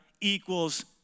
equals